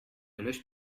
löscht